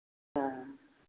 हाँ